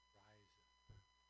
rise